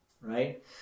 right